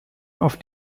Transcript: auf